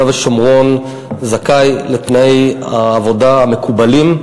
ושומרון זכאי לתנאי העבודה המקובלים,